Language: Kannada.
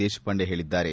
ದೇಶಪಾಂಡೆ ಹೇಳಿದ್ದಾರೆ